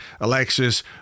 Alexis